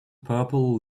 purple